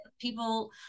people